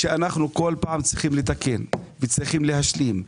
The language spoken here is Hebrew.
אנחנו כל פעם צריכים לתקן וצריכים להשלים.